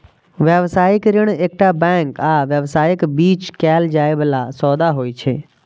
व्यावसायिक ऋण एकटा बैंक आ व्यवसायक बीच कैल जाइ बला सौदा होइ छै